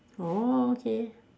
oh okay